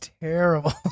terrible